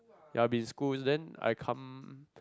ya I will be in school then I come